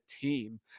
team